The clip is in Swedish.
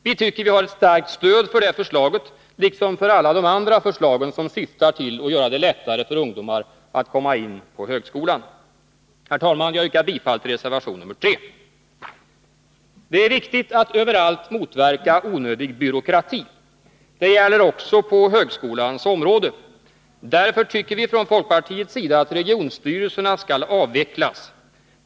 Vi tycker att vi har ett starkt stöd för det förslaget liksom för alla de andra förslagen som syftar till att göra det lättare för ungdomar att komma in på högskolan. Herr talman! Jag yrkar bifall till reservation 3. Det är viktigt att överallt motverka onödig byråkrati. Det gäller också på högskolans område. Därför tycker vi från folkpartiets sida att regionstyrelserna skall avvecklas.